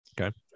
Okay